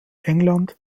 england